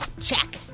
Check